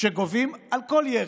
שגובים על כל ירי.